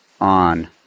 on